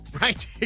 Right